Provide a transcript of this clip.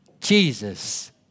Jesus